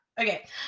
Okay